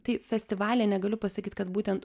tai festivalyje negaliu pasakyt kad būtent